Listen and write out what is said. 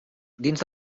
dins